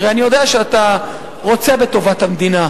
הרי אני יודע שאתה רוצה בטובת המדינה,